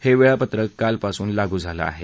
हे वेळापत्रक काल पासून लागू झालं आहे